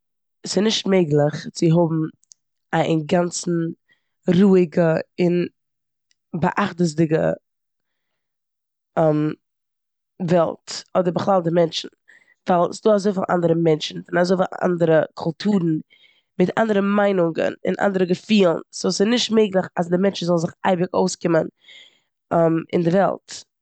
ס'נישט מעגליך צו האבן א אינגאנצן רואיגע און באחדות'דיגע וועלט אדער בכלל די מענטשן. ווייל ס'דא אזויפיל אנדערע מענטשן, פון אזויפיל אנדערע קולטורן, מיט אנדערע מיינונגען און אנדערע געפילן. סאו ס'נישט מעגליך אז די מענטשן זאלן זיך אייביג אויסקומען אין די וועלט.